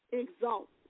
exalt